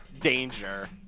danger